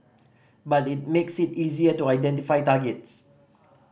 but it makes it easier to identify targets